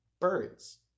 birds